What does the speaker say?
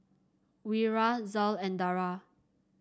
Wira Zul and Dara